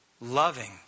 loving